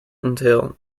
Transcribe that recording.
entail